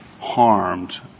harmed